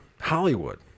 Hollywood